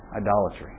idolatry